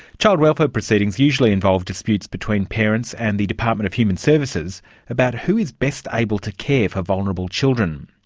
child welfare proceedings usually involve disputes between parents and the department of human services about who is best able to care for vulnerable children.